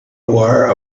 aware